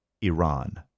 Iran